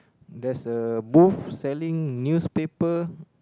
there's a booth selling newspaper